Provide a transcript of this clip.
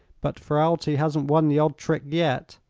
but ferralti hasn't won the odd trick yet,